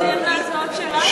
למה אתה מתעלם מההצעות שלנו,